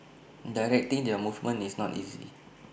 directing their movement is not easy